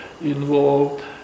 involved